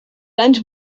anys